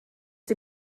die